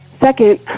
Second